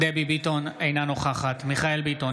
אינה נוכחת מיכאל מרדכי ביטון,